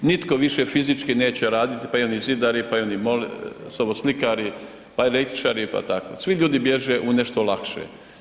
Nitko više fizički neće raditi, pa i oni zidari, pa i oni soboslikari, pa električari, pa tako, svi ljudi bježe u nešto lakše.